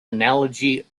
analogy